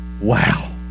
Wow